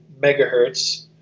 megahertz